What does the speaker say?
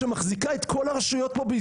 שמחזיקה את כל הרשויות פה בישראל.